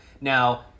Now